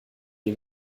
die